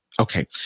Okay